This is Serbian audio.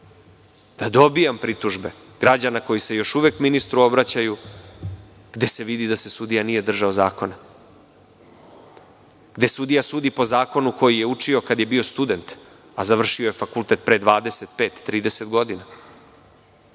da dobijam pritužbe građana koji se još uvek ministru obraćaju, gde se vidi da se sudija nije držao zakona, gde sudija sudi po zakonu koji je učio kada je bio student, a završio je fakultet pre 25-30 godina,